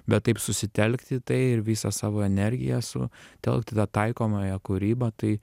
bet taip susitelkti tai ir visą savo energiją su telkt į tą taikomąją kūrybą tai